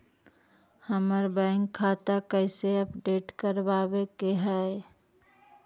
हमर बैंक खाता कैसे अपडेट करबाबे के है?